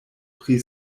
pri